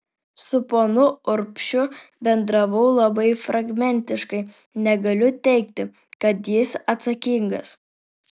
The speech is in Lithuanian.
su ponu urbšiu bendravau labai fragmentiškai negaliu teigti kad jis atsakingas